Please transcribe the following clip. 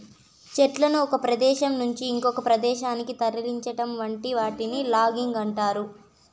చెట్లను ఒక ప్రదేశం నుంచి ఇంకొక ప్రదేశానికి తరలించటం వంటి వాటిని లాగింగ్ అంటారు